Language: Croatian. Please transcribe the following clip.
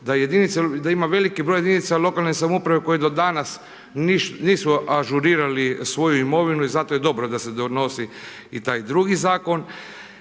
da ima veliki broj jedinica lokalne samouprave koje do danas nisu ažurirali svoju imovinu i zato je dobro da se donosi i taj drugi zakon,